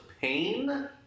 Pain